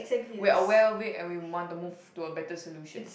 we are aware of it and we want to move to a better solution